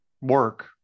work